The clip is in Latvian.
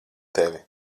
tevi